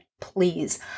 please